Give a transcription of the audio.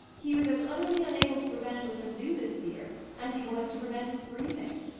he was as utterly unable to prevent or subdue this fear, as he was to prevent his breathing.